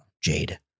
Jade